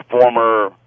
former